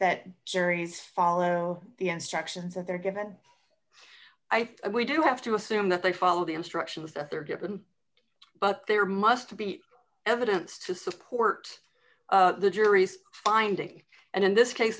that juries follow the instructions that they're given i think we do have to assume that they follow the instructions that they're given but there must be evidence to support the jury's finding and in this case